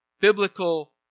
biblical